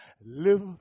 live